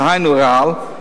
דהיינו רעל,